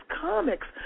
comics